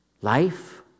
Life